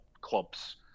clubs